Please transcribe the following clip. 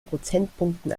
prozentpunkten